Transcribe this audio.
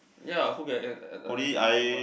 ya who can understand eczema